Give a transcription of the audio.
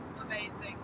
Amazing